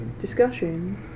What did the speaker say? Discussion